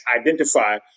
identify